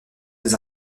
des